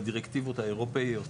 לדירקטיבות האירופאיות,